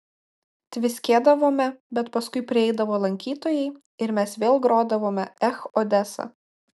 tviskėdavome bet paskui prieidavo lankytojai ir mes vėl grodavome ech odesa